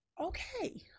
Okay